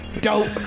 dope